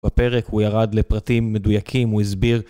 בפרק הוא ירד לפרטים מדויקים, הוא הסביר